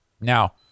Now